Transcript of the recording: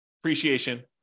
appreciation